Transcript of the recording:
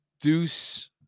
Deuce